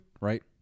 right